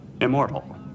immortal